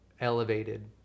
elevated